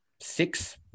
six